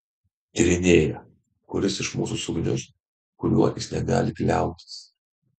tyrinėja kuris iš mūsų sugniuš kuriuo jis negali kliautis